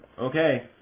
okay